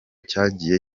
cyagiye